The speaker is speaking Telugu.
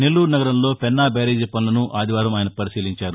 నెల్లూరు నగరంలోని పెన్నా బ్యారేజి పనులను ఆదివారం ఆయన పరిశీలించారు